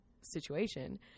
situation